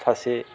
सासे